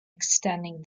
extending